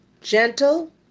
gentle